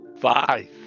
Five